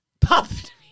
Popped